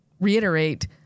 reiterate